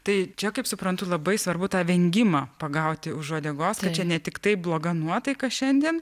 tai čia kaip suprantu labai svarbu tą vengimą pagauti už uodegos kad čia ne tiktai bloga nuotaika šiandien